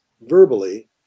verbally